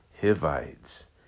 Hivites